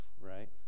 right